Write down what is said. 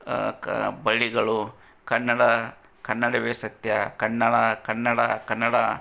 ಕ ಬಳ್ಳಿಗಳು ಕನ್ನಡ ಕನ್ನಡವೇ ಸತ್ಯ ಕನ್ನಡ ಕನ್ನಡ ಕನ್ನಡ